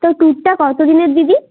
তো ট্যুরটা কতো দিনের দিদি